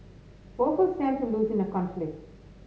both'll stand to lose in a conflict